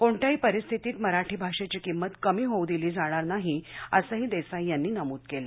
कोणत्याही परिस्थितीत मराठी भाषेची किंमत कमी होऊ दिली जाणार नाही असंही देसाई यांनी नमूद केलं